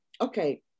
okay